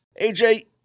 AJ